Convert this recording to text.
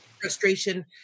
frustration